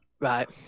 right